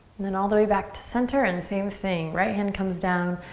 then all the way back to center and the same thing. right hand comes down,